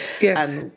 Yes